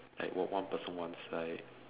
like one one person one side